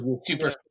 super